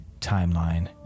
timeline